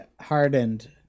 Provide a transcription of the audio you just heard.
hardened